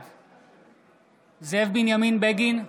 בעד זאב בנימין בגין,